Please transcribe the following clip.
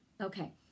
okay